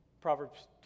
Proverbs